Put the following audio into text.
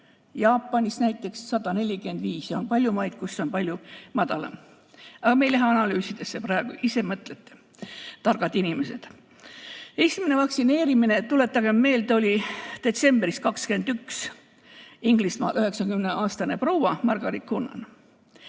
Jaapanis näiteks 145 ja on palju maid, kus see on palju madalam. Aga ma ei lähe praegu analüüsidesse, ise mõtlete, targad inimesed. Esimene vaktsineerimine, tuletagem meelde, oli detsembris 2021 Inglismaal, 90‑aastane proua Margaret Keenan.